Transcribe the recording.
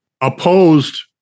opposed